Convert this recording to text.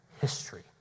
history